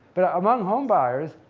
but among homebuyers,